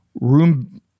room